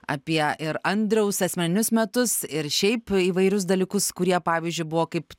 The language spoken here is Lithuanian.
apie ir andriaus asmeninius metus ir šiaip įvairius dalykus kurie pavyzdžiui buvo kaip